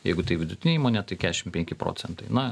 jeigu tai vidutinė įmonė tai keturiasdešimt penki procentai na